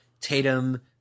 Tatum